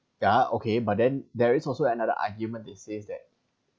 yeah okay but then there is also another argument it says that